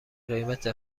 قیمت